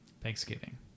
Thanksgiving